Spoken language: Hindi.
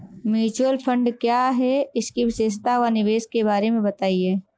म्यूचुअल फंड क्या है इसकी विशेषता व निवेश के बारे में बताइये?